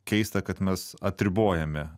keista kad mes apribojame